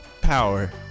power